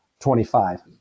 25